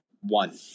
one